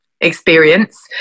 experience